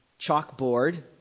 chalkboard